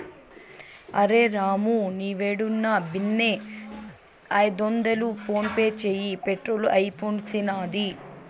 అరె రామూ, నీవేడున్నా బిన్నే ఐదొందలు ఫోన్పే చేయి, పెట్రోలు అయిపూడ్సినాది